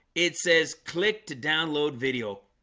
it says click to download video.